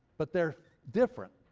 but they're different.